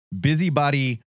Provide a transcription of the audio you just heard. busybody